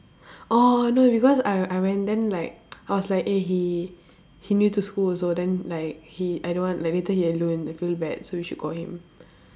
orh no because I I went then like I was like eh he he new to school also then like he I don't want like later he alone I feel bad so we should call him